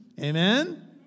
Amen